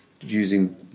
using